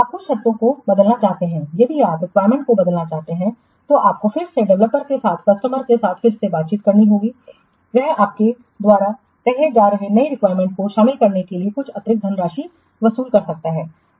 आप कुछ शर्तों को बदलना चाहते हैं यदि आप कुछ रिक्वायरमेंट्स को बदलना चाहते हैं तो आपको फिर से डेवलपर के साथ कस्टमर के साथ फिर से बातचीत करना होगा वह आपके द्वारा कहे जा रहे नई रिक्वायरमेंट्स को शामिल करने के लिए कुछ अतिरिक्त धनराशि वसूल सकता है